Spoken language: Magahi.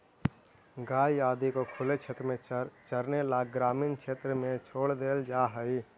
गाय आदि को खुले क्षेत्र में चरने ला ग्रामीण क्षेत्र में छोड़ देल जा हई